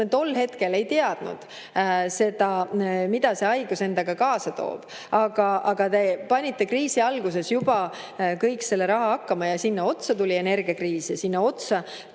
tol hetkel ei teadnud, mida see haigus endaga kaasa toob. Aga te panite kriisi alguses juba kõik selle raha hakkama ja sinna otsa tuli energiakriis ja ka sõda.